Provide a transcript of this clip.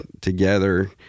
together